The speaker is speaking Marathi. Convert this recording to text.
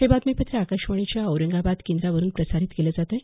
हे बातमीपत्र आकाशवाणीच्या औरंगाबाद केंद्रावरून प्रसारित केलं जात आहे